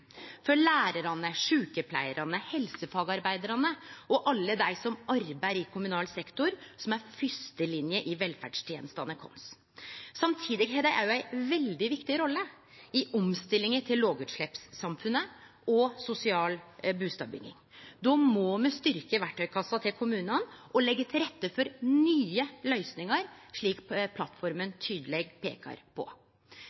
for lærarane, sjukepleiarane, helsefagarbeidarane og alle dei som arbeider i kommunal sektor, som er fyrstelinje i velferdstenestene våre. Samtidig har dei ei veldig viktig rolle i omstillinga til lågutsleppssamfunnet og når det gjeld sosial bustadbygging. Då må me styrkje verktøykassa til kommunane og leggje til rette for nye løysingar, slik plattforma